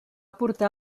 portar